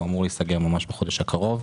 הוא אמור להיסגר ממש בחודש הקרוב,